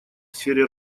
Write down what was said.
сфере